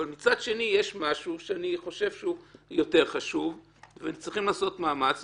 אבל מצד שני יש משהו שאני חושב שהוא יותר חשוב וצריכים לעשות מאמץ.